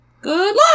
Good